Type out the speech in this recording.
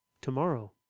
tomorrow